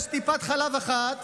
יש טיפת חלב אחת